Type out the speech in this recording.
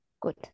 Good